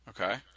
Okay